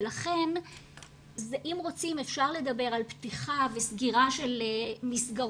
אם רוצים אפשר לדבר על פתיחה וסגירה של מסגרות,